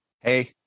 Hey